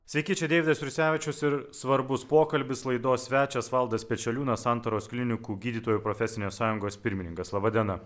sveiki čia deividas jursevičius ir svarbus pokalbis laidos svečias valdas pečeliūnas santaros klinikų gydytojų profesinės sąjungos pirmininkas laba diena